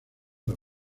las